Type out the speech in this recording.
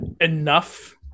Enough